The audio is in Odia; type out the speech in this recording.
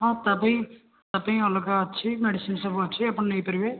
ହଁ ତା'ପାଇଁ ଅଲଗା ଅଛି ମେଡ଼ିସିନ ସବୁ ଅଛି ଆପଣ ନେଇପାରିବେ